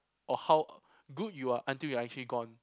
or how good you are until you are actually gone